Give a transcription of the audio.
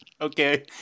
okay